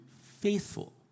faithful